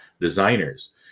designers